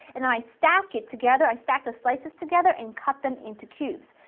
and then i stack it together, i stack the slices together and cut them into cubes,